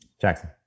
Jackson